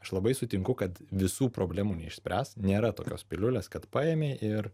aš labai sutinku kad visų problemų neišspręst nėra tokios piliulės kad paėmėi ir